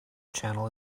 channel